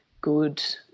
good